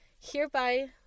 hereby